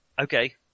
Okay